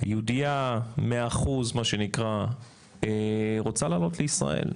יהודייה 100% מה שנקרא, רוצה לעלות לישראל.